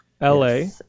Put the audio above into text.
L-A